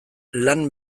lan